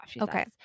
Okay